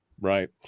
Right